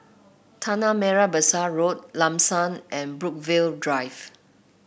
Tanah Merah Besar Road Lam San and Brookvale Drive